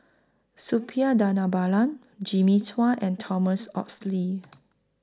Suppiah Dhanabalan Jimmy Chua and Thomas Oxley